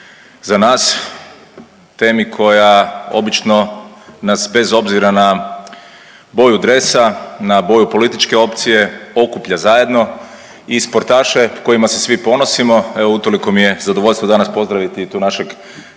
za nas. Temi koja obično nas bez obzira na boju dresa, na boju političke opcije okuplja zajedno i sportaše kojima se svi ponosimo, evo, utoliko mi je zadovoljstvo danas pozdraviti i tu našeg